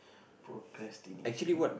procrastinating